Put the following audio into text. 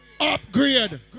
Upgrade